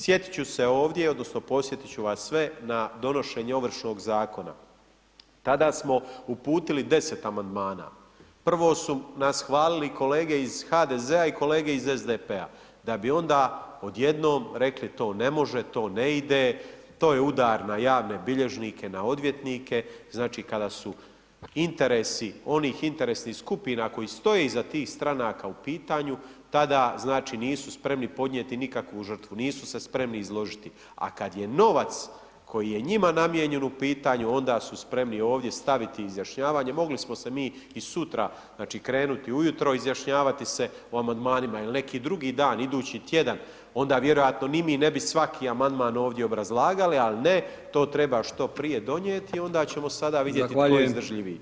Sjetit ću se ovdje, odnosno podsjetit ću vas sve na donošenje Ovršnog zakona, tada smo uputili 10 amandmana, prvo su nas hvalili kolege iz HDZ-a i kolege iz SDP-a da bi onda odjednom rekli to ne može, to ne ide, to je udar na javne bilježnike, na odvjetnike, znači kada su interesi onih interesnih skupina koje stoje iza tih stranaka u pitanju, tada znači nisu spremni podnijeti nikakvu žrtvu, nisu se spremni izložiti, a kad je novac koji je njima namijenjen u pitanju onda su spremni ovdje staviti izjašnjavanje, mogli smo se mi i sutra znači krenuti ujutro izjašnjavati se o amandmanima ili neki drugi dan idući tjedan, onda vjerojatno ni mi ne bi svaki amandman ovdje obrazlagali, al ne to treba što prije donijeti onda ćemo sada vidjeti tko je izdržljiviji.